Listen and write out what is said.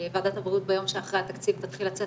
ועדת הבריאות ביום שאחרי התקציב תתחיל לצאת